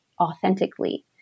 authentically